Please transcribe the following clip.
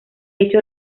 hecho